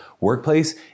workplace